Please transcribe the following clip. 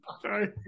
sorry